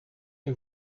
que